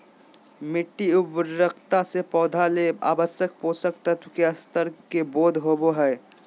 मिटटी उर्वरता से पौधा ले आवश्यक पोषक तत्व के स्तर के बोध होबो हइ